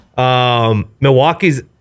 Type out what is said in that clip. Milwaukee's